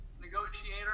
negotiator